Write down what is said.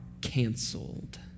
canceled